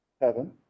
heaven